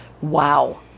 Wow